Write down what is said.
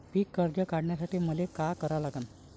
पिक कर्ज काढासाठी मले का करा लागन?